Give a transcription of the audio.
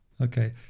okay